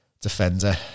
defender